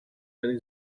and